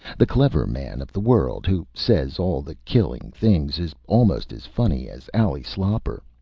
the clever man of the world, who says all the killing things, is almost as funny as ally sloper.